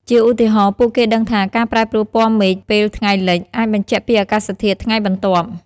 ជាឧទាហរណ៍ ពួកគេដឹងថា ការប្រែប្រួលពណ៌មេឃពេលថ្ងៃលិច អាចបញ្ជាក់ពីអាកាសធាតុថ្ងៃបន្ទាប់។